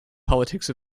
politics